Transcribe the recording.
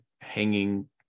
hanging